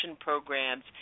programs